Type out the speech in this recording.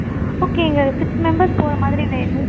ஓகேங்க six members போகிற மாதிரி வேணும்